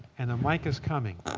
and the mic is coming.